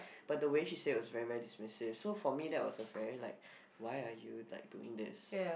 but the way she says was really really dismissive so for me that was a very like why are you like doing this